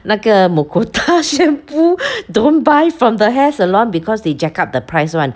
那个 Mucota shampoo don't buy from the hair salon because they jack up the price one